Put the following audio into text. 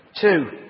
Two